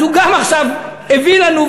אז הוא גם עכשיו הביא לנו,